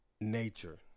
Nature